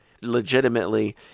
Legitimately